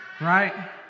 right